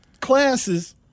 classes